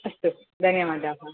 अस्तु धन्यवादाः